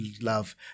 love